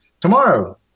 tomorrow